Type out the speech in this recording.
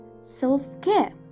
self-care